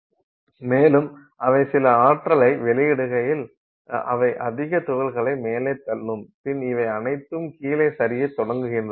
மேலும் அவை சில ஆற்றலை வெளியிடுகையில் அவை அதிக துகள்களை மேலே தள்ளும் பின் இவை அனைத்தும் கீழே சரியத் தொடங்குகின்றன